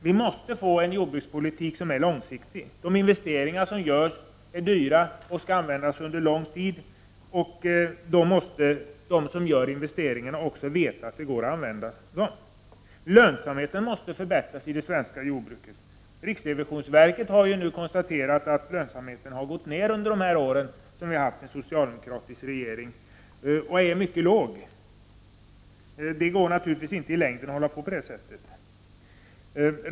Vi måste ha en långsiktig jordbrukspolitik. De investeringar som görs är dyra och skall användas under lång tid. Då måste de som gör investeringarna också veta att det går att använda dem. Lönsamheten måste förbättras i det svenska jordbruket. Riksrevisionsverket har konstaterat att lönsamheten nu är mycket låg och att den har gått ner under de år som vi har haft en socialdemokratisk regering. Det går naturligtvis inte att hålla på så i längden.